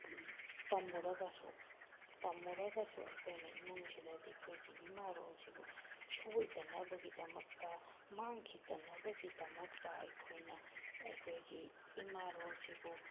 ꯇꯝꯃꯨꯔꯒꯁꯨ ꯇꯝꯃꯨꯔꯒꯁꯨ ꯑꯩꯈꯣꯏꯅ ꯏꯃꯨꯡꯁꯤꯗꯗꯤ ꯑꯩꯈꯣꯏꯒꯤ ꯏꯃꯥ ꯂꯣꯜꯁꯤꯕꯨ ꯁꯣꯏꯗꯅꯕꯒꯤꯗꯃꯛꯇ ꯃꯥꯡꯈꯤꯗꯅꯕꯒꯤꯗꯃꯛꯇ ꯑꯩꯈꯣꯏꯅ ꯑꯩꯈꯣꯏꯒꯤ ꯏꯃꯥ ꯂꯣꯜꯁꯤꯕꯨ